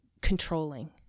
controlling